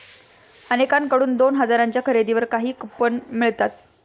अनेकांकडून दोन हजारांच्या खरेदीवर काही कूपन मिळतात